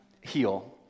heal